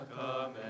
come